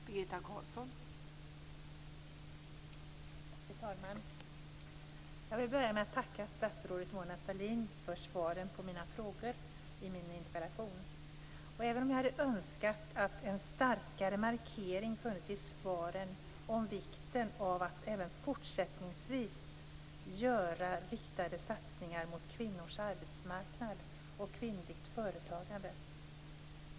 Fru talman! Jag vill börja med att tacka statsrådet Mona Sahlin för svaren på mina frågor i interpellationen, även om jag hade önskat att en starkare markering funnits i svaren av vikten av att även fortsättningsvis göra riktade satsningar mot kvinnors arbetsmarknad och kvinnligt företagande.